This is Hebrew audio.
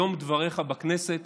היום דבריך בכנסת